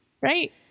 Right